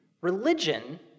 religion